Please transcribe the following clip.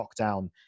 lockdown